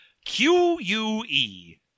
Q-U-E